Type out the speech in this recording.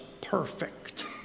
perfect